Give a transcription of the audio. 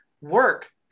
work